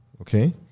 Okay